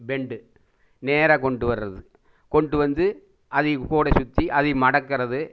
bend நேராக கொண்டு வர்றது கொண்டு வந்து அதைக்கூட சுற்றி அதை மடக்கறது